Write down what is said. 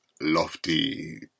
lofty